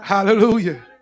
Hallelujah